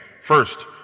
First